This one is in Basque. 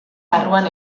barruan